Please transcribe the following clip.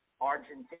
Argentina